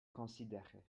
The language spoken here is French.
considérer